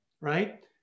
right